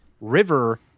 River